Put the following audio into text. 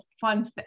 fun